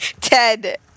ted